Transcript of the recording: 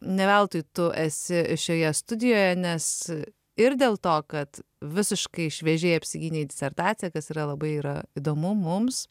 ne veltui tu esi šioje studijoje nes ir dėl to kad visiškai šviežiai apsigynei disertaciją kas yra labai yra įdomu mums